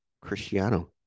Cristiano